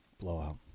Blowout